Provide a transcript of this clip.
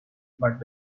but